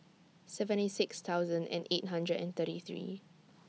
seventy six thousand eight hundred and thirty three